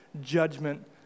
judgment